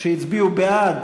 שהצביעו בעד,